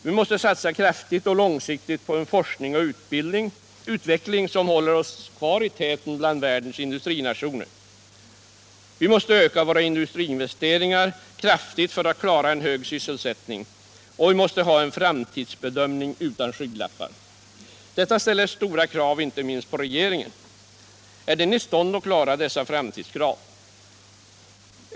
Vi måste satsa kraftigt och långsiktigt på en forskning och utveckling som håller oss kvar i täten bland världens industrinationer. Vi måste öka våra industriinvesteringar kraftigt för att klara en hög sysselsättning, och vi måste ha en framtidsbedömning utan skygglappar. Detta ställer stora krav inte minst på regeringen. Är den i stånd att klara dessa framtidskrav?